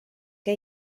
que